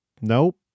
nope